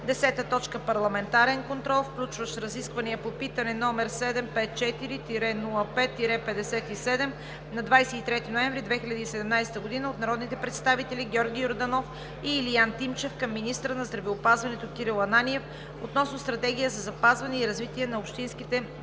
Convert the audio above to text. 10. Парламентарен контрол, включващ: 10.1. Разисквания по питане № 754-05-57 от 23 ноември 2017 г. от народните представители Георги Йорданов и Илиян Тимчев към министъра на здравеопазването Кирил Ананиев относно стратегия за запазване и развитие на общинските болници;